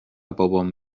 بابام